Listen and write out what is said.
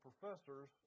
professors